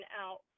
out